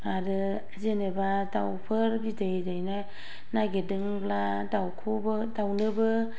आरो जेनेबा दाउफोर बिदै दैनो नागिरदोंब्ला दाउखौबो दाउनोबो